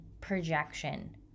projection